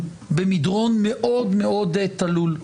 במדרון מאוד מאוד תלול,